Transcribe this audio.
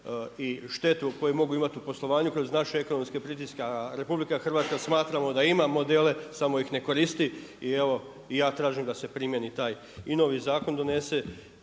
i štetu koju mogu imati u poslovanju kroz naše ekonomske pritiske, a Republika Hrvatska smatramo da ima modele samo ih ne koristi. I evo ja tražim da se primijeni taj i novi zakon donese